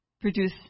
produce